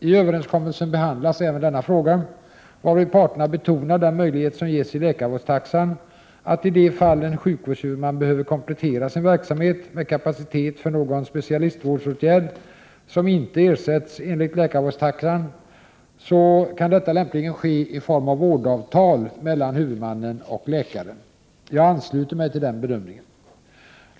I överenskommelsen behandlas även denna fråga, varvid parterna betonar den möjlighet som ges i läkarvårdstaxan, att i de fall en sjukvårdshuvudman behöver komplettera sin verksamhet med kapacitet för någon specialistvårdsåtgärd som inte ersätts enligt läkarvårdstaxan kan detta lämpligen ske i form av vårdavtal mellan huvudmannen och läkaren. Jag ansluter mig till denna bedömning.